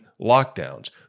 lockdowns